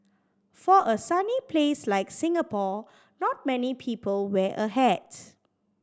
for a sunny place like Singapore not many people wear a hat